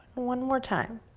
one more time.